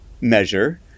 measure